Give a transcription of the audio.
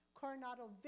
Coronado